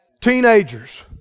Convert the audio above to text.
Teenagers